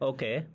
Okay